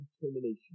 determination